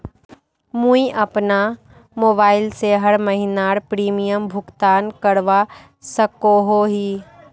मुई अपना मोबाईल से हर महीनार प्रीमियम भुगतान करवा सकोहो ही?